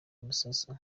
musasa